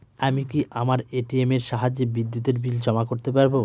আমি কি আমার এ.টি.এম এর সাহায্যে বিদ্যুতের বিল জমা করতে পারব?